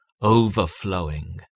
overflowing